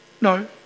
No